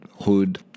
hood